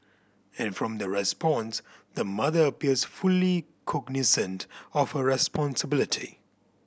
and from the response the mother appears fully cognisant of her responsibility